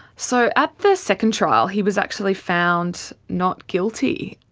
so at the second trial he was actually found not guilty,